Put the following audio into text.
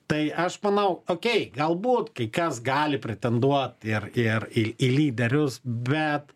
tai aš manau okei galbūt kai kas gali pretenduot ir ir į į lyderius bet